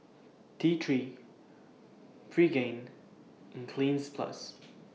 T three Pregain and Cleanz Plus